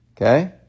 Okay